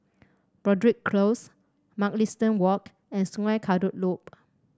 Broadrick Close Mugliston Walk and Sungei Kadut Loop